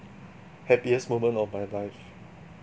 happiest moment of my life